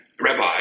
rabbi